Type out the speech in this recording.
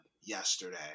yesterday